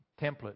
template